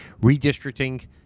Redistricting